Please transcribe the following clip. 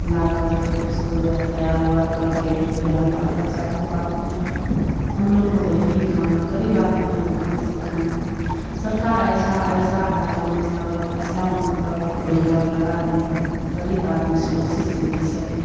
लाकर के उसको जो है तैयार ओवार करके जो है ना बाल बच्चा को पालते हैं हम लोग को तो यही काम है ग़रीब आदमी हैं तो कहाँ से खाएँगे सरकार ऐछा ऐसा है जो मतलब ऐसा मतलब रोज़गार लगा दिया है तो ग़रीब आदमी सुरक्षित से जी सके